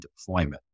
deployment